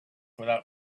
without